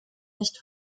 nicht